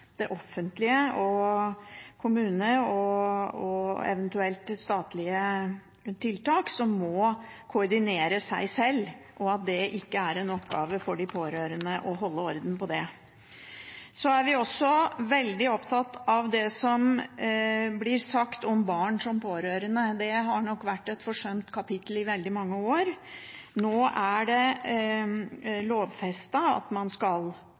det offentlige og kommunene og eventuelt statlige tiltak som må koordinere seg sjøl, og at det ikke er en oppgave for de pårørende å holde orden på det. Vi er også veldig opptatt av det som blir sagt om barn som pårørende. Det har nok vært et forsømt kapittel i veldig mange år. Nå er det lovfestet at hvis noen blir innlagt på sykehus, skal